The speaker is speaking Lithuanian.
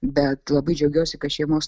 bet labai džiaugiuosi kad šeimos